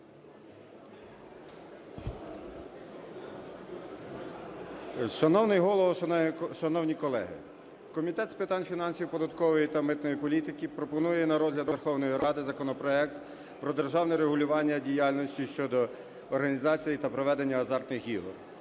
Шановний Голово, шановні колеги! Комітет з питань фінансів, податкової та митної політики пропонує на розгляд Верховної Ради законопроект про державне регулювання діяльності щодо організації та проведення азартних ігор